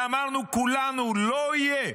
ואמרנו כולנו: לא יהיה,